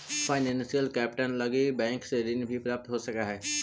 financial capital लगी bank से ऋण भी प्राप्त हो सकऽ हई